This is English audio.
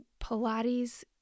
Pilates